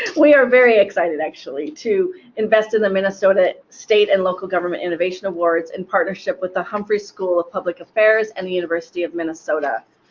we are very excited, actually, to invest in the minnesota state and local government innovation awards, in partnership with the humphrey school of public affairs and the university of minnesota.